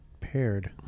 paired